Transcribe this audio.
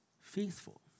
faithful